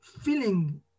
feeling